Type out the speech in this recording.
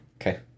Okay